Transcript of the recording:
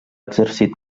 exercit